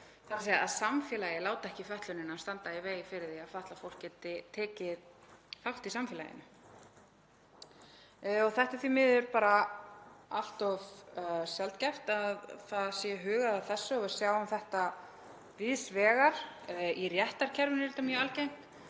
þ.e. að samfélagið láti ekki fötlunina standa í vegi fyrir því að fatlað fólk geti tekið þátt í samfélaginu. Það er því miður allt of sjaldgæft að það sé hugað að þessu og við sjáum þetta víðs vegar. Í réttarkerfinu er þetta